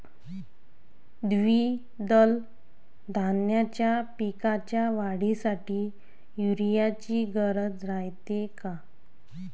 द्विदल धान्याच्या पिकाच्या वाढीसाठी यूरिया ची गरज रायते का?